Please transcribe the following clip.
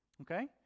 okay